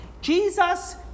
Jesus